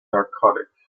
narcotic